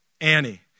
Annie